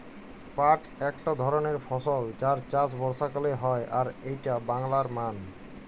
পাট একট ধরণের ফসল যার চাষ বর্ষাকালে হয় আর এইটা বাংলার মান